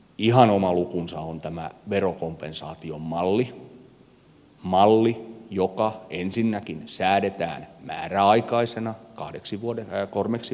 ihan oma lukunsa on tämä verokompensaation malli malli joka ensinnäkin säädetään määräaikaisena kolmeksi vuodeksi